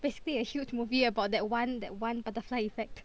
basically a huge movie about that one that one butterfly effect